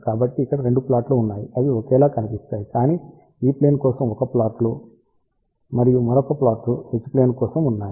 కాబట్టి ఇక్కడ 2 ప్లాట్లు ఉన్నాయి అవి ఒకేలా కనిపిస్తాయి కానీ E ప్లేన్ కోసం ఒక ప్లాట్లు మరియు మరొక ప్లాట్లు హెచ్ ప్లేన్ కోసం ఉన్నాయి